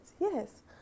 yes